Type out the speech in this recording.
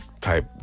type